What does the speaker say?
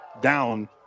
down